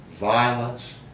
violence